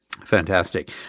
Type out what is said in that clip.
Fantastic